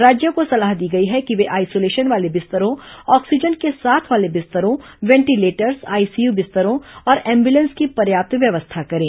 राज्यों को सलाह दी गई है कि वे आइसोलेशन वाले बिस्तरों ऑक्सीाजन के साथ वाले बिस्तरों वेंटीलेटर्स आईसीयू बिस्तरों और एंबुलेंस की पर्याप्त व्यवस्था करें